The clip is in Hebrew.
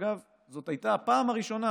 אגב, זו הייתה הפעם הראשונה